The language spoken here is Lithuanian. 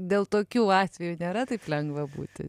dėl tokių atvejų nėra taip lengva būti